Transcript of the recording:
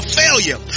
failure